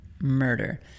murder